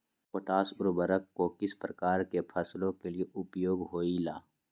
Potash उर्वरक को किस प्रकार के फसलों के लिए उपयोग होईला?